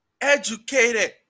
educated